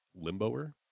Limboer